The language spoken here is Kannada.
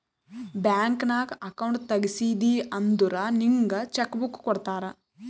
ಬ್ಯಾಂಕ್ ನಾಗ್ ಅಕೌಂಟ್ ತೆಗ್ಸಿದಿ ಅಂದುರ್ ನಿಂಗ್ ಚೆಕ್ ಬುಕ್ ಕೊಡ್ತಾರ್